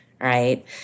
right